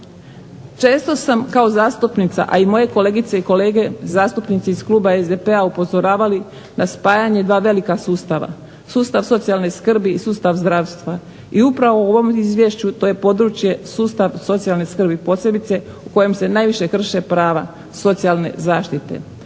Često sam kao zastupnica, a i moje kolegice i kolege zastupnici iz kluba SDP-a upozoravali na spajanje dva velika sustava, sustav socijalne skrbi i sustav zdravstva i upravo u ovom izvješću to je područje sustav socijalne skrbi, posebice u kojem se najviše krše prava socijalne zaštite.